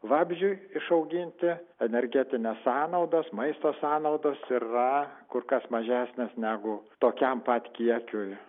vabzdžiui išauginti energetinės sąnaudos maisto sąnaudos yra kur kas mažesnės negu tokiam pat kiekiui